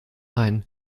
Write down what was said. ein